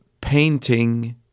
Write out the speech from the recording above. Painting